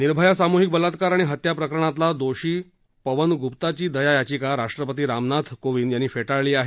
निर्भया सामूहिक बलात्कार आणि हत्या प्रकरणातला दोषी पवन गूप्ताची दया याचिका राष्ट्रपती रामनाथ कोविंद यांनी फेटाळली आहे